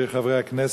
חברי הכנסת,